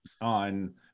on